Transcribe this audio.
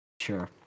sure